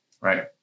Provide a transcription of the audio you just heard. Right